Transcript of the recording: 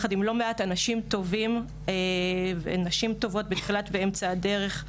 יחד עם לא מעט אנשים טובים ונשים טובות בתחילת ואמצע הדרך.